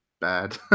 bad